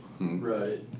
Right